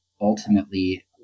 ultimately